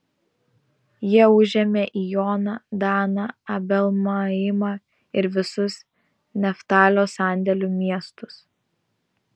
jie užėmė ijoną daną abel maimą ir visus neftalio sandėlių miestus